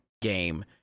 game